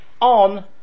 on